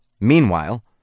Meanwhile